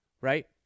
right